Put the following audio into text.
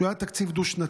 שהיה תקציב דו-שנתי.